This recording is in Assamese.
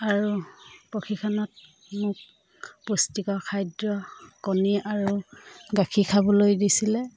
আৰু প্ৰশিক্ষণত মোক পুষ্টিকৰ খাদ্য কণী আৰু গাখীৰ খাবলৈ দিছিলে